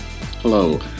Hello